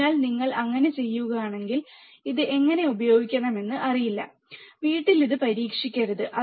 അതിനാൽ നിങ്ങൾ അങ്ങനെ ചെയ്യുകയാണെങ്കിൽ ഇത് എങ്ങനെ ഉപയോഗിക്കണമെന്ന് അറിയില്ല വീട്ടിൽ ഇത് പരീക്ഷിക്കരുത്